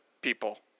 people